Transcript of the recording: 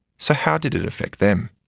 so how did at affect them?